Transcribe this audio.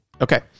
Okay